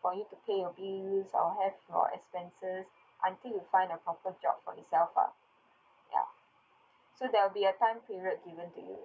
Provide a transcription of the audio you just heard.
for you to pay your bills or help for expenses until you find a proper job for yourself ah ya so there'll be a time period given to you